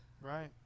Right